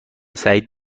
سعید